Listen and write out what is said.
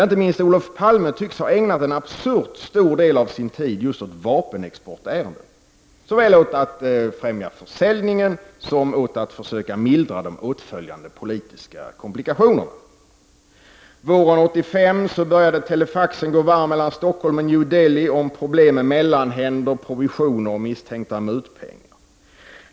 Inte minst Olof Palme tycks ha ägnat en absurt stor del av sin tid åt vapenexportärenden — såväl åt att främja försäljningen som åt att försöka mildra de åtföljande politiska komplikationerna. Våren 1985 började telefaxen gå varm mellan Stockholm och New Delhi om problemen med mellanhänder, provisioner och misstänkta mutpengar.